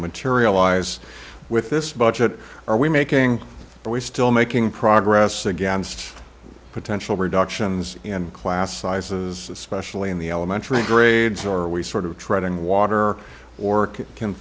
materialize with this budget are we making but we still making progress against potential reductions in class sizes especially in the elementary grades or are we sort of treading water or can